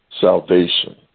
salvation